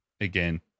Again